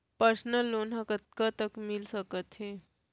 Personal loan ह कतका तक मिलिस सकथे?